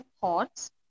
thoughts